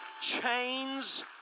Chains